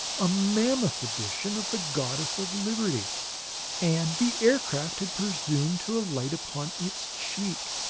a mammoth edition of the goddess of liberty and the aircraft had presumed to alight upon its cheek!